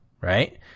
right